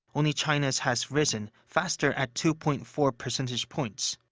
only china's has risen faster at two point four percentage points.